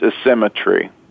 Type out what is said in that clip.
asymmetry